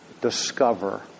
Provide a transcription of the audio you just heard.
discover